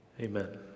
Amen